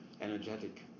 energetic